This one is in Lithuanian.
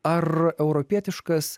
ar europietiškas